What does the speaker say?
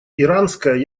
иранская